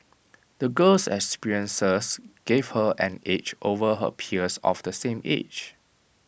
the girl's experiences gave her an edge over her peers of the same age